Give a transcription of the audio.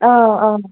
অঁ অঁ